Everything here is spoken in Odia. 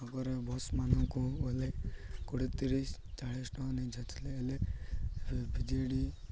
ଆଗରେ ବସ୍ମାନଙ୍କୁ ଗଲେ କୋଡ଼ିଏ ତିରିଶ ଚାଳିଶ ଟଙ୍କା ନେଇଯାଉଥିଲେ ହେଲେ ଏବେ ବି ଜେ ଡ଼ି